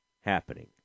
happening